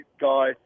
guy